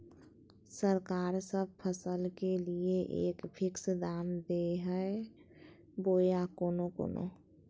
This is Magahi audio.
सरकार सब फसल के लिए एक फिक्स दाम दे है बोया कोनो कोनो?